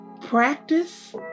Practice